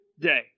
day